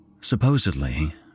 Supposedly